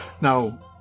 Now